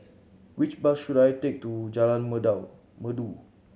which bus should I take to Jalan Merdu